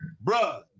Bro